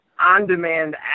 on-demand